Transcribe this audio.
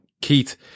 Keith